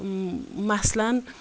مَثلَن